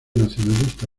nacionalista